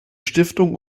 stiftung